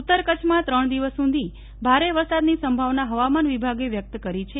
ઉતર કરછમાં ત્રણ દિવસ સુધી ભારે વરસાદની સંભાવના હવામાન વિભાગે વ્યક્ત કરી છે